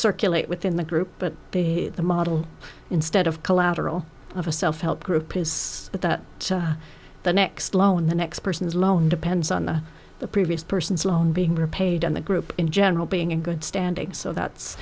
circulate within the group but be the model instead of collateral of a self help group is that that the next loan the next person's loan depends on the previous person's loan being repaid and the group in general being in good standing so that's